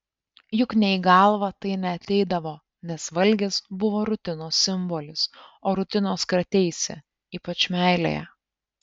juk nė į galvą tai neateidavo nes valgis buvo rutinos simbolis o rutinos krateisi ypač meilėje